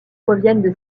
proviennent